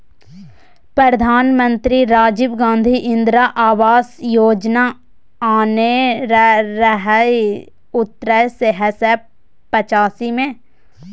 प्रधानमंत्री राजीव गांधी इंदिरा आबास योजना आनने रहय उन्नैस सय पचासी मे